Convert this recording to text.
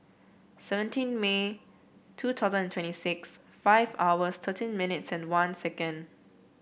seventeen May two thousand and twenty six five hours thirteen minutes one second